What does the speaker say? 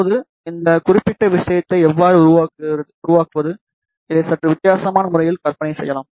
இப்போது இந்த குறிப்பிட்ட விஷயத்தை எவ்வாறு உருவாக்குவது இதை சற்று வித்தியாசமான முறையில் கற்பனை செய்யலாம்